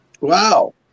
Wow